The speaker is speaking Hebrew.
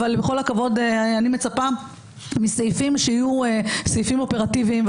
אבל אני מצפה מסעיפים שיהיו סעיפים אופרטיביים,